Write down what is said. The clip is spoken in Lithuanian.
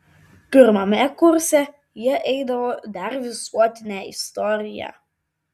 pirmame kurse jie eidavo dar visuotinę istoriją